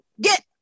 Get